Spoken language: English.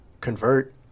convert